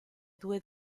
due